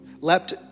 leapt